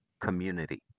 Community